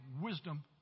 wisdom